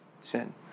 sin